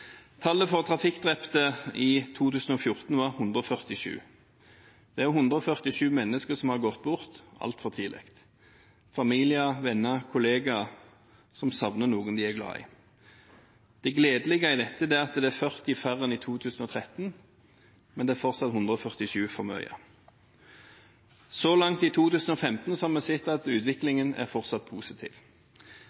Tallet på trafikkdrepte i 2014 var 147. Det er 147 mennesker som har gått bort altfor tidlig, og familie, venner og kollegaer savner noen de er glad i. Det gledelige i dette er at det er 40 færre enn i 2013, men det er fortsatt 147 for mange. Så langt i 2015 har vi sett at utviklingen fortsatt er positiv.